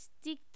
stick